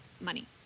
money